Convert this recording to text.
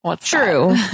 True